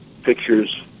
pictures